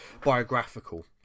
biographical